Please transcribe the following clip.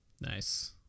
nice